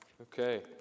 Okay